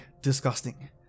disgusting